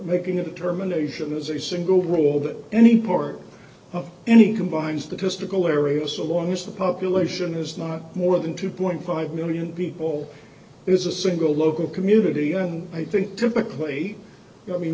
making a determination as a single war that any part of any combines the testicle area so long as the population is not more than two point five million people is a single local community and i think typically i mean